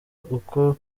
uko